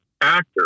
actor